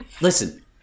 listen